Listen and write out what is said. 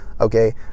okay